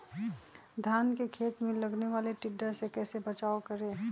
धान के खेत मे लगने वाले टिड्डा से कैसे बचाओ करें?